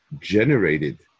generated